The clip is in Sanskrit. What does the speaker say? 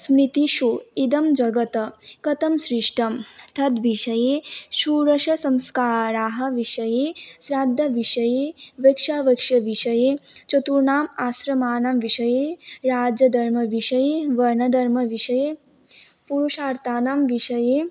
स्मृतिषु इदं जगतः कथं सृष्टं तद् विषये षोडशसंस्काराः विषये श्राद्धविषये वक्षावक्षविषये चतुर्णां आश्रमानां विषये राजधर्मविषये वनधर्मविषये पुरुषार्थाणां विषये